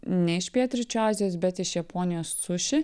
ne iš pietryčių azijos bet iš japonijos suši